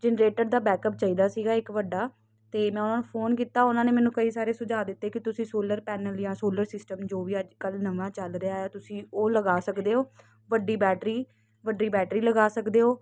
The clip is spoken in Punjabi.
ਜਨਰੇਟਰ ਦਾ ਬੈਕਅਪ ਚਾਹੀਦਾ ਸੀਗਾ ਇੱਕ ਵੱਡਾ ਤੇ ਇਹਨਾਂ ਦਾ ਫੋਨ ਕੀਤਾ ਉਹਨਾਂ ਨੇ ਮੈਨੂੰ ਕਈ ਸਾਰੇ ਸੁਝਾ ਦਿੱਤੇ ਕਿ ਤੁਸੀਂ ਸੋਲਰ ਪੈਨਲ ਜਾਂ ਸੋਲਰ ਸਿਸਟਮ ਜੋ ਵੀ ਅੱਜ ਕੱਲ ਨਵਾਂ ਚੱਲ ਰਿਹਾ ਤੁਸੀਂ ਉਹ ਲਗਾ ਸਕਦੇ ਹੋ ਵੱਡੀ ਬੈਟਰੀ ਵੱਡੀ ਬੈਟਰੀ ਲਗਾ ਸਕਦੇ ਹੋ